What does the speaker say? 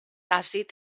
àcid